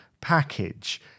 package